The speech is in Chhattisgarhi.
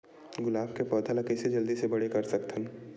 गुलाब के पौधा ल कइसे जल्दी से बड़े कर सकथन?